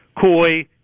koi